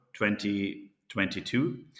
2022